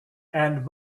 and